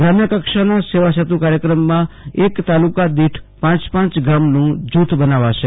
ગ્રામ્યકક્ષાના સેવાસેતુ કાર્યક્રમમાં એક તાલુકાદીઠ પાંચ પાંચ ગામનું જુથ બનાવાશે